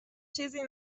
چیزی